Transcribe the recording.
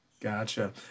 Gotcha